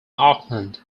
auckland